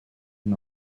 can